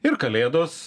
ir kalėdos